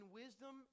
wisdom